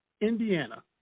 Indiana